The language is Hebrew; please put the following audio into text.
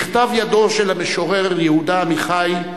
בכתב ידו של המשורר יהודה עמיחי,